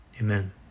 amen